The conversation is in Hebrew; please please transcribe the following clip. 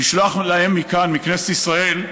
ולשלוח להם מכאן, מכנסת ישראל,